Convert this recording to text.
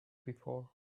before